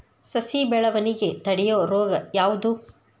ಸಸಿ ಬೆಳವಣಿಗೆ ತಡೆಯೋ ರೋಗ ಯಾವುದು?